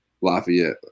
Lafayette